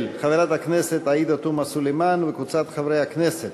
של חברת הכנסת עאידה תומא סלימאן וקבוצת חברי הכנסת.